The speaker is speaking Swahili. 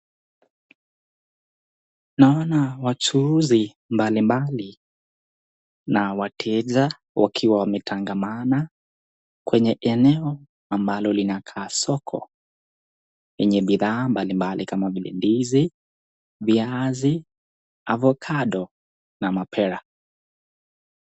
Naona wachuuzi mbalimbali na wateja wakiwa wametangamana kwenye eneo ambalo linakaa soko, yenye bidhaa mbalimbali kama vile ndizi, viazi, avocado na mapera.